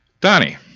Donnie